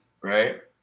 right